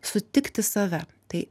sutikti save tai